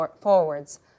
forwards